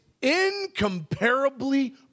incomparably